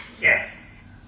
Yes